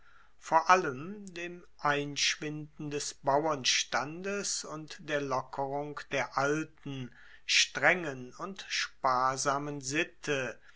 vor allem dem einschwinden des bauernstandes und der lockerung der alten strengen und sparsamen sitte